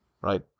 right